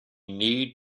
need